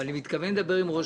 ואני מתכוון לדבר עם ראש